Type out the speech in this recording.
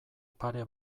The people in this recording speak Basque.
pare